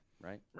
right